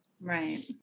Right